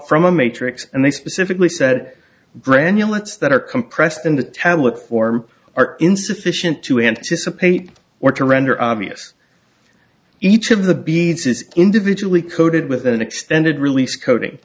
from a matrix and they specifically said granular it's that or compressed in the tablet form are insufficient to anticipate or to render obvious each of the beads is individually coated with an extended release coating